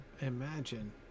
imagine